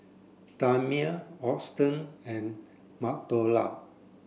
Tamia Auston and Madora